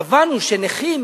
קבענו שנכים